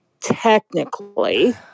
technically